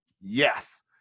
Yes